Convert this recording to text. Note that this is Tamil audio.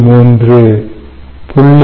3 0